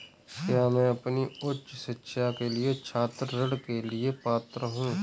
क्या मैं अपनी उच्च शिक्षा के लिए छात्र ऋण के लिए पात्र हूँ?